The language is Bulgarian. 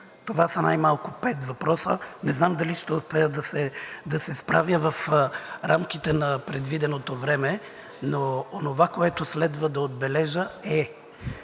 Това са най-малко пет въпроса. Не знам дали ще успея да се справя в рамките на предвиденото време, но онова, което следва да отбележа, е,